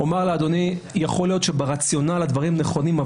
אומר לאדוני שיכול להיות ברציונל שהדברים נכונים,